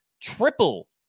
triple